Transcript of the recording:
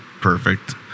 perfect